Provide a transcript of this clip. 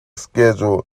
schedule